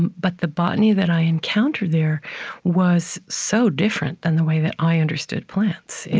but the botany that i encountered there was so different than the way that i understood plants.